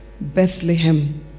Bethlehem